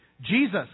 Jesus